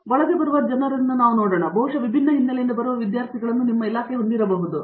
ಒಳಗೆ ಬರುವ ಜನರನ್ನು ನಾವು ನೋಡೋಣ ನಾನು ಬಹುಶಃ ವಿಭಿನ್ನ ಹಿನ್ನೆಲೆಯಿಂದ ಬರುವ ವಿದ್ಯಾರ್ಥಿಗಳನ್ನು ಹೊಂದಿರಬಹುದು ಎಂದು ಅರ್ಥ